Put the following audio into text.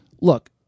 look